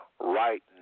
right